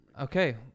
Okay